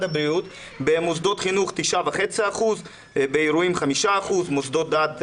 במוסדות חינוך 9.5%; באירועים 5%; מוסדות דת,